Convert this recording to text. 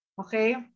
Okay